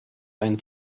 ein